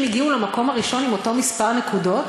הגיעו למקום הראשון עם אותו מספר נקודות,